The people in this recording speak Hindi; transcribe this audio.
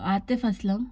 आतिफ असलम